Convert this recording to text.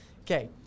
Okay